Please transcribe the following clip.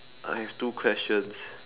I have two questions